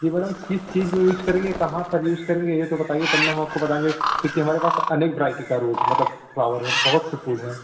जी madam किस चीज़ में यूज करेंगे कहाँ पर यूज करेंगे ये तो बताइए तब ना हम आपको बताएँगे क्योंकि हमारे पास अनेक वैरायटी का रोज़ है मतलब फ्लावर है बहुत से फूल हैं